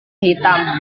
hitam